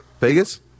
Vegas